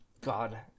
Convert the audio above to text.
God